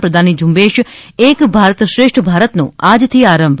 પ્રદાનની ઝુંબેશ એક ભારત શ્રેષ્ઠ ભારતનો આજથી આરંભ